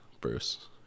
Bruce